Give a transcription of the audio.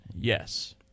Yes